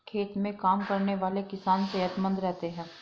खेत में काम करने वाले किसान सेहतमंद रहते हैं